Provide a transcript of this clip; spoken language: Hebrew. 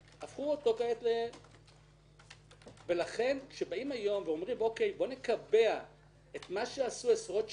הפכו אותו ולכן כשאומרים היום: בואו נקבע את מה שעשו עשרות שנים,